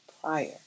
prior